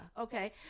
okay